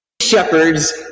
shepherds